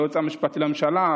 היועץ המשפטי לממשלה,